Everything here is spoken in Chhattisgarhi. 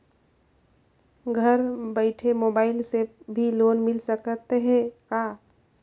घर बइठे मोबाईल से भी लोन मिल सकथे का?